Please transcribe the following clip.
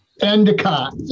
Endicott